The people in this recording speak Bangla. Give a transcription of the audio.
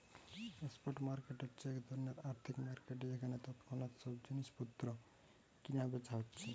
স্পট মার্কেট হচ্ছে এক ধরণের আর্থিক মার্কেট যেখানে তৎক্ষণাৎ সব জিনিস পত্র কিনা বেচা হচ্ছে